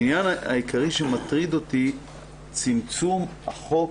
העניין העיקרי שמטריד אותי הוא צמצום החוק